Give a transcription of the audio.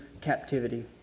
captivity